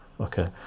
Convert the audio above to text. okay